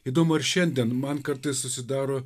įdomu ir šiandien man kartais susidaro